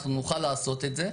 אנחנו נוכל לעשות את זה.